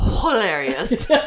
hilarious